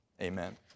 Amen